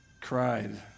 cried